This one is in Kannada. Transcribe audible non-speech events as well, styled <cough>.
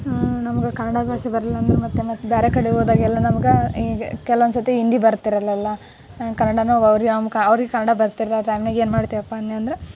ನಮ್ಗೆ ಕನ್ನಡ ಭಾಷೆ ಬರಲಿಲ್ಲ ಅಂದ್ರೆ ಮತ್ತೆ ಮತ್ತು ಬೇರೆ ಕಡೆ ಹೋದಾಗೆಲ್ಲ ನಮ್ಗೆ ಈಗ ಕೆಲವೊಂದ್ಸರ್ತಿ ಹಿಂದಿ ಬರ್ತಿರಲ್ಲಲ್ಲ ಕನ್ನಡವೂ <unintelligible> ಅವ ಅವ್ರಿಗೆ ಅವ್ರ ಮ ಅವರಿಗೆ ಕನ್ನಡ ಬರ್ತಿಲಾರ್ದೆ ಅನ್ವಾಗ್ ಏನ್ಮಾಡ್ತೀವಪ್ಪ ಅನ್ನಿ ಅಂದ್ರ